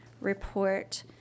report